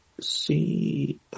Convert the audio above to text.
see